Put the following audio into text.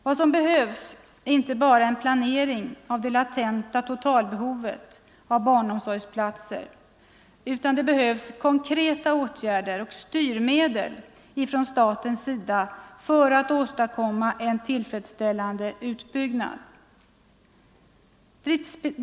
Vad som behövs är inte bara en planering för det latenta totalbehovet av barnomsorgsplatser, utan också konkreta åtgärder och styrmedel från statens sida för att åstadkomma en tillfredsställande utbyggnad.